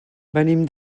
venim